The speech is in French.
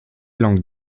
longue